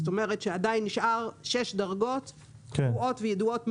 זאת אומרת שעדיין נשארות שש דרגות קבועות וידועות מראש,